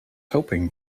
hoping